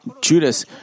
Judas